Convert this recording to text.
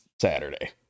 Saturday